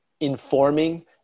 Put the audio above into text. informing